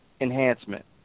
enhancement